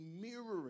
mirroring